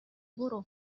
برو